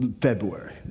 February